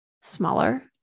smaller